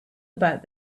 about